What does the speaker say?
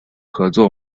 合作